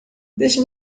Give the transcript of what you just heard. deixe